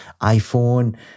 iPhone